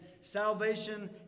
Salvation